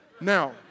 Now